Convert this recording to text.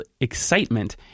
excitement